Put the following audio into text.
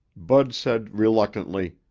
bud said reluctantly,